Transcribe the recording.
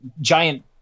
giant